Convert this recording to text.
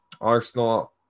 Arsenal